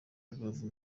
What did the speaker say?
rubavu